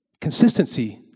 Consistency